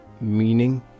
meaning